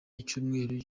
icyumweru